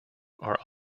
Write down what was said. are